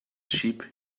sheep